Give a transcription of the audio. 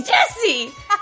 Jesse